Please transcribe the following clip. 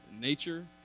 nature